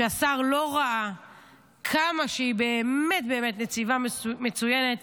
שהשר לא ראה כמה היא באמת באמת נציבה מצוינת,